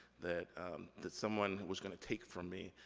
that that someone was gonna take from me,